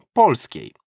polskiej